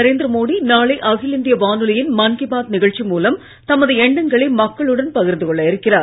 நரேந்திர மோடி நாளை அகில இந்திய வானொலியின் மன் கீ பாத் நிகழ்ச்சி மூலம் தமது எண்ணங்களைமக்களுடன் பகிர்ந்து கொள்ள இருக்கிறார்